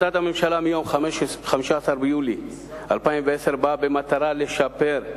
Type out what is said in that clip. החלטת הממשלה מיום 15 ביולי 2010 באה במטרה לשפר,